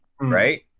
Right